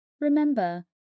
Remember